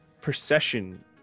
procession